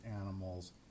animals